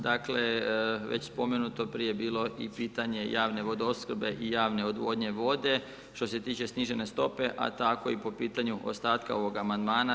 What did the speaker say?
Dakle, već spomenuto je prije bilo i pitanje javne vodoopskrbe i javne odvodnje vode, što se tiče snižene stope, a tako i po pitanju ostatka ovoga amandmana.